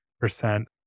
percent